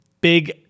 big